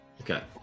Okay